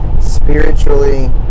spiritually